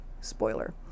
Spoiler